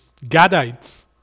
Gadites